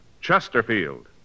Chesterfield